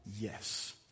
yes